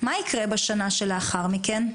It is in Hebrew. מה יקרה בשנה שלאחר מכן?